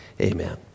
amen